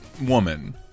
Woman